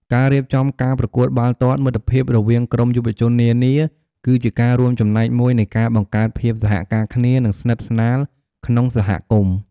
ការរៀបចំការប្រកួតបាល់ទាត់មិត្តភាពរវាងក្រុមយុវជននានា គឺជាការរួមចំណែកមួយនៃការបង្កើតភាពសហការគ្នា និងស្និទ្ធស្នាលក្នុងសហគមន៍។